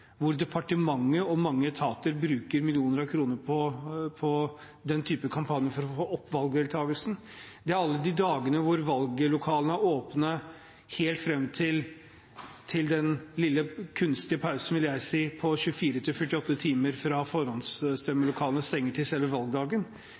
hvor departementet og mange etater bruker millioner av kroner på kampanjer for å få opp valgdeltagelsen, og alle de dagene når valglokalene er åpne helt fram til den lille, kunstige – vil jeg si – pausen på 24–48 timer fra